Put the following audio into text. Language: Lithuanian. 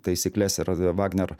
taisykles ir vagner